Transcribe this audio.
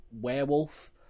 werewolf